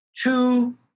two